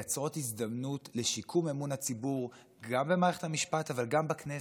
מייצרות הזדמנות לשיקום אמון הציבור גם במערכת המשפט אבל גם בכנסת.